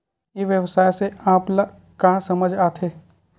ई व्यवसाय से आप ल का समझ आथे?